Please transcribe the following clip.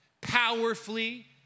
powerfully